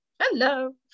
hello